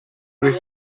due